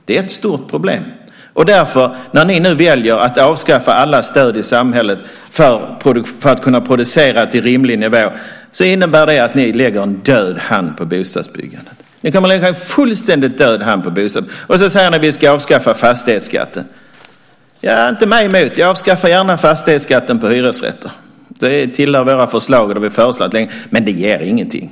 Det är ett stort problem. När ni nu väljer att avskaffa alla stöd i samhället för att kunna producera till rimlig nivå innebär det att ni lägger en "död hand" över bostadsbyggandet. Sedan säger ni att ni ska avskaffa fastighetsskatten. Inte mig emot. Jag avskaffar gärna fastighetsskatten på hyresrätter. Det tillhör våra förslag. Det har vi föreslagit länge. Men det ger ingenting.